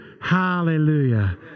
Hallelujah